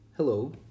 Hello